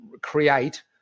create